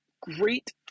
great